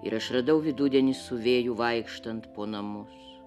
ir aš radau vidudienį su vėju vaikštant po namus